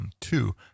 Two